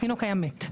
התינוק היה מת.